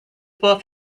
both